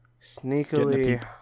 sneakily